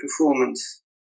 performance